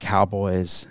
Cowboys